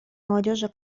молодежи